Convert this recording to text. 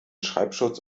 schreibschutz